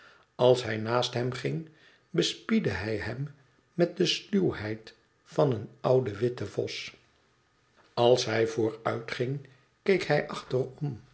als hij naast hem ging bespiedde hij hem met de sluwheid van een ouden witten vos als hij vooruitging keek hij